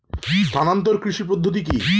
স্থানান্তর কৃষি পদ্ধতি কি?